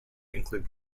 include